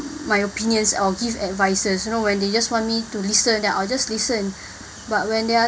my opinions or give advices you know when they just want me to listen then I'll just listen but when there are